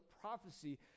prophecy